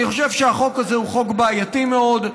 אני חושב שהחוק הזה הוא חוק בעייתי מאוד.